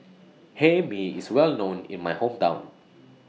Hae Mee IS Well known in My Hometown